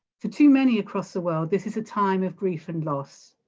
for too many across the world this is a time of grief and loss,